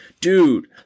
dude